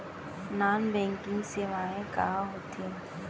Non banking सेवाएं का होथे?